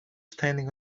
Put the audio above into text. standing